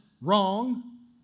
wrong